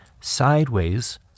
sideways